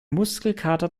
muskelkater